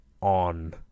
on